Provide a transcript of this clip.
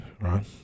right